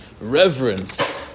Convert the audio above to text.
reverence